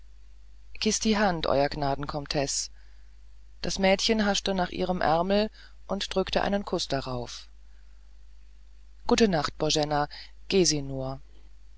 die haand euer gnaden komtesse das mädchen haschte nach ihrem ärmel und drückte einen kuß darauf gute nacht boena geh sie nur